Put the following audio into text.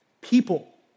People